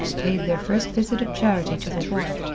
paid their first visit of charity to the wharf,